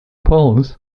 poles